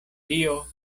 dio